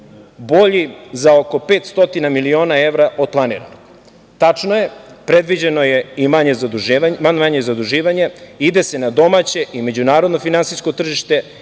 bolji za oko 500 miliona evra od planiranog. Tačno je, predviđeno i manje zaduživanje, ide se na domaće i međunarodno finansijsko tržište